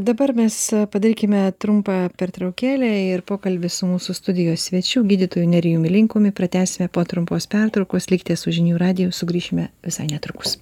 dabar mes padarykime trumpą pertraukėlę ir pokalbį su mūsų studijos svečių gydytoju nerijumi linkumi pratęsime po trumpos pertraukos likite su žinių radiju sugrįšime visai netrukus